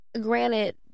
granted